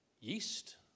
Yeast